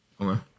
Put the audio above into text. Okay